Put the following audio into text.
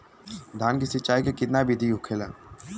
धान की सिंचाई की कितना बिदी होखेला?